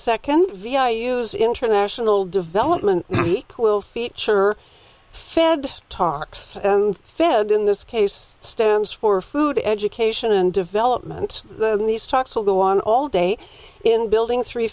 second vi use international development week will feature fed talks fed in this case stands for food education and development in these talks will go on all day in building three